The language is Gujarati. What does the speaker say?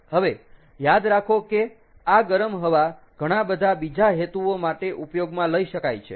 હવે યાદ રાખો કે આ ગરમ હવા ઘણા બધા બીજા હેતુઓ માટે ઉપયોગમાં લઇ શકાય છે